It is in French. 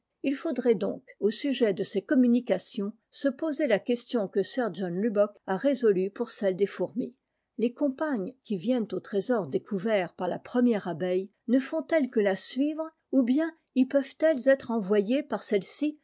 il faudrait donc au sujet de ces coin munications se poser la question que sir johi lubbock a résolue pour celles des fourmis les compagnes qui viennent au trésor découvert par la première abeille ne font-elles que la suivre ou bien y peuvent-elles être envoyées par celle-ci